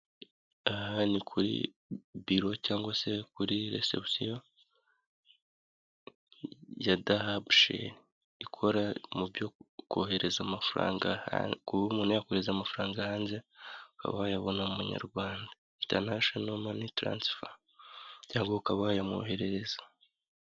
Aha ni kuri biro cyangwag se kuri resebusiyo ya dahabusheri, ikora mu byo kohereza amafaranga, kuba umuntu yakorereza amafaranga hanze ukaba wayabona mu manyarwanda, intanashono mani taransifa cyanwa wowe ukaba wayamwoherereza.